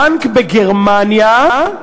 בנק בגרמניה,